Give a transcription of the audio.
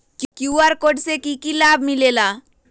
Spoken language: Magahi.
कियु.आर कोड से कि कि लाव मिलेला?